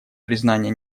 признание